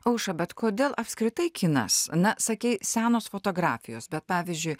aušra bet kodėl apskritai kinas na sakei senos fotografijos bet pavyzdžiui